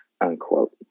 Unquote